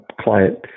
client